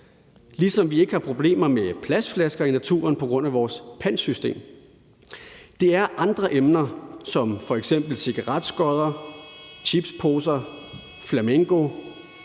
ligesom vi ikke har problemer med plastflasker i naturen på grund af vores pantsystem. Det er andre emner som f.eks. cigaretskodder, chipsposer,